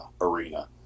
arena